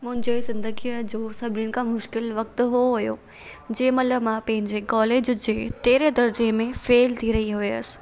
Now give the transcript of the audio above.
मुंहिंजे ज़िंदगीअ जो सभिनि खां मुश्किलु वक़्तु उहो हुयो जंहिं महिल मां पंहिंजे कॉलेज जे तेरहें दर्जे में फेल थी रही हुयसि